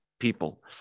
people